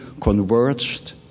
converged